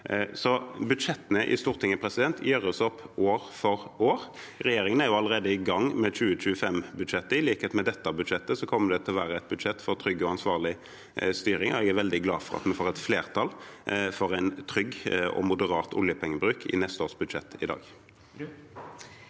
mv. Budsjettene i Stortinget gjøres opp år for år. Regjeringen er allerede i gang med 2025-budsjettet. I likhet med dette budsjettet kommer det til å være et budsjett for trygg og ansvarlig styring. Jeg er veldig glad for at vi får et flertall for en trygg og moderat oljepengebruk i statsbudsjettet i dag.